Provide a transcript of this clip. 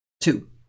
two